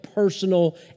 personal